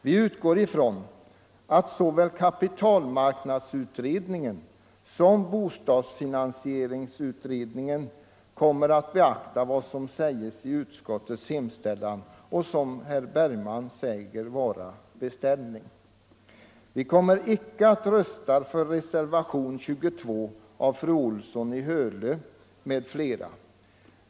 Vi utgår ifrån att såväl kapitalmarknadsutredningen som bostadsfinansieringsutredningen kommer att beakta vad som sägs i utskottets hemställan, vilken herr Bergman säger vara en beställning. Vi kommer icke att rösta för reservationen 22 av fru Olsson i Hölö m.fl.